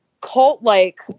cult-like